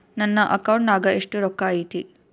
ನನ್ನ ಅಕೌಂಟ್ ನಾಗ ಎಷ್ಟು ರೊಕ್ಕ ಐತಿ?